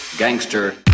Gangster